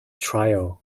trio